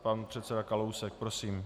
Pan předseda Kalousek, prosím.